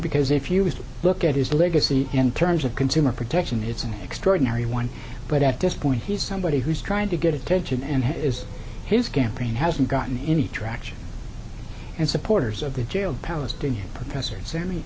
because if you just look at his legacy in terms of consumer protection it's an extraordinary one but at this point he's somebody who's trying to get attention and he is his campaign hasn't gotten any traction and supporters of the jailed palestinian professor s